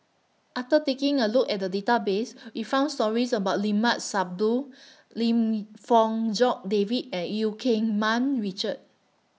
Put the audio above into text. after taking A Look At The Database We found stories about Limat Sabtu Lim Fong Jock David and EU Keng Mun Richard